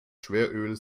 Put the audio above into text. schweröl